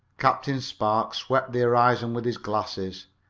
captain spark swept the horizon with his glasses.